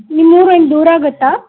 ನಿಮ್ಮ ಊರೇನು ದೂರ ಆಗತ್ತಾ